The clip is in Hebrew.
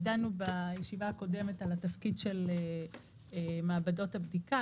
דנו בישיבה הקודמת על התפקיד של מעבדות הבדיקה,